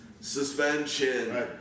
Suspension